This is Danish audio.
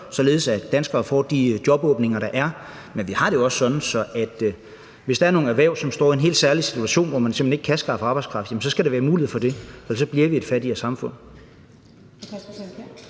således at danskere får de jobåbninger, der er, men vi har det også sådan, at hvis der er nogle erhverv, der står i en helt særlig situation, hvor de simpelt hen ikke kan skaffe arbejdskraft, skal der være mulighed for det, for ellers bliver vi et fattigere samfund.